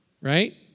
right